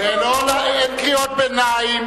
אין קריאות ביניים